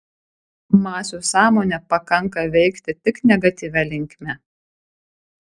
masių sąmonę pakanka veikti tik negatyvia linkme